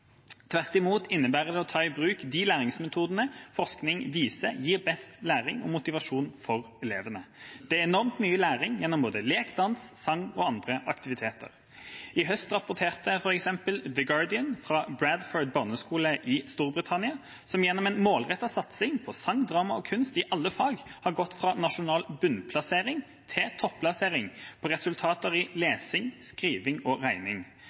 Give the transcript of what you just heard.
tvert imot innebærer det å ta i bruk de læringsmetodene forskningen viser gir best læring og motivasjon for elevene. Det er enormt mye læring gjennom både lek, dans, sang og andre aktiviteter. I høst rapporterte, f.eks., The Guardian fra en barneskole i Bradford i Storbritannia, som gjennom en målrettet satsing på sang, drama og kunst i alle fag har gått fra nasjonal bunnplassering til topplassering i resultater i lesing, skriving og regning.